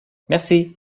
merci